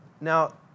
Now